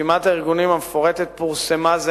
רשימת הארגונים המפורטת פורסמה זה